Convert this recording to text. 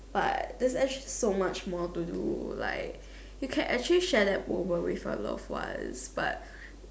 but there's actually so much more to do like you can actually share that moment with your loved ones but